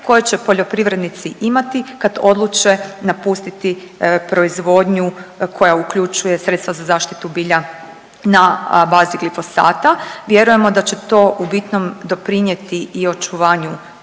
koje će poljoprivrednici imati kad odluče napustiti proizvodnju koja uključuje sredstva za zaštitu bilja na bazi glifosata. Vjerujemo da će to u bitnom doprinjeti i očuvanju